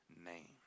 name